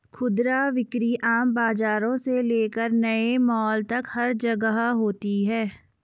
खुदरा बिक्री आम बाजारों से लेकर नए मॉल तक हर जगह होती है